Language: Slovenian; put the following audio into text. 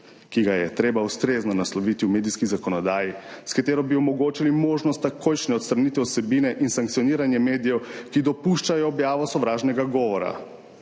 ki ga je treba ustrezno nasloviti v medijski zakonodaji, s katero bi omogočili možnost takojšnje odstranitve vsebine in sankcioniranje medijev, ki dopuščajo objavo sovražnega govora.